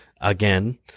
again